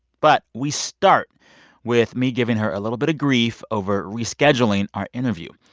but we start with me giving her a little bit of grief over rescheduling our interview.